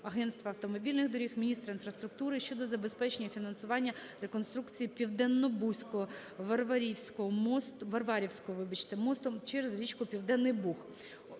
Держагентства автомобільних доріг, міністра інфраструктури щодо забезпечення фінансування реконструкції Південнобузького (Варварівського) мосту через річку Південний Буг.